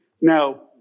Now